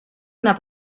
una